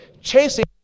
chasing